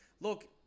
look